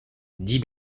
dix